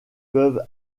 peuvent